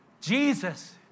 Jesus